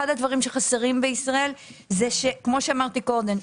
אחד הדברים שחסרים בישראל זה כמו שאמרתי קודם,